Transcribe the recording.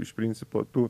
iš principo tu